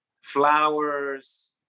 flowers